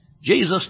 Jesus